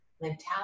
mentality